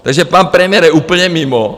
Takže pan premiér je úplně mimo.